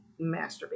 masturbate